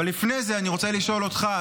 אבל לפני זה אני רוצה לשאול אותך,